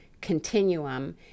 continuum